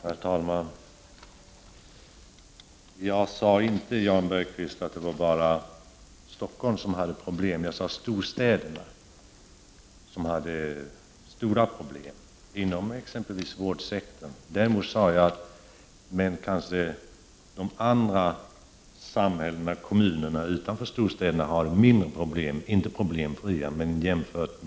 Herr talman! Jag sade inte, Jan Bergqvist, att det bara är Stockholm som har problem — jag sade att storstäderna har stora problem inom exempelvis vårdsektorn. Däremot sade jag om de mindre kommunerna att de — i jämförelse med storstäderna — kanske har mindre problem, men inte att de är problemfria.